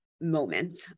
moment